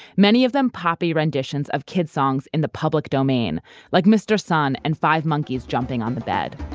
many of them poppy renditions of kids' songs in the public domain like mr. sun and five monkeys jumping on the bed